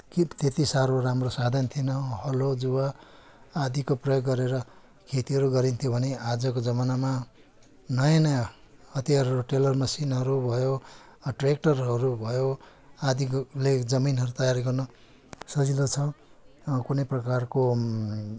कि त त्यति साह्रो राम्रो साधन थिएन हलो जुवा आदिको प्रयोग गरेर खेतीहरू गरिन्थ्यो भने आजको जमानामा नयाँ नयाँ हतियारहरू टेलर मसिनहरू भयो ट्रेक्टरहरू भयो आदिको ले जमीनहरू तयारी गर्नु सजिलो छ कुनै प्रकारको